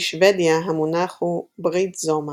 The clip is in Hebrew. בשוודיה המונח הוא "brittsommar",